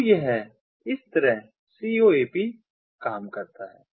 तो यह इस तरह CoAP काम करता है